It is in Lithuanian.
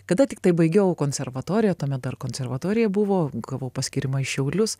kada tiktai baigiau konservatoriją tuomet dar konservatorija buvo gavau paskyrimą į šiaulius